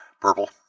Purple